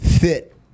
fit